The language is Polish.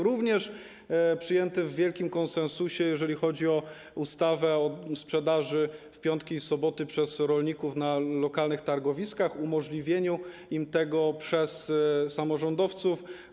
Również jest on przyjęty w wielkim konsensusie, jeżeli chodzi o ustawę o sprzedaży w piątki i soboty przez rolników na lokalnych targowiskach, umożliwieniu im tego przez samorządowców.